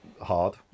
Hard